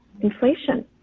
inflation